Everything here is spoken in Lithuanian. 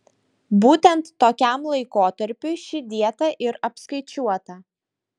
būtent tokiam laikotarpiui ši dieta ir apskaičiuota